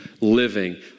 living